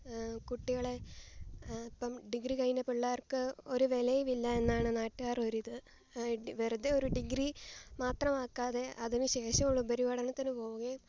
കുട്ടികളെ ഇപ്പം ഡിഗ്രി കഴിഞ്ഞ പിള്ളേർക്ക് ഒരു വിലയുമില്ല എന്നാണ് നാട്ടുകാരൊരിത് ടി വെറുതെ ഒരു ഡിഗ്രി മാത്രമാക്കാതെ അതിനു ശേഷമുള്ള ഉപരിപഠനത്തിനു പോകുകയും